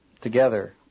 together